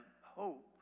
hope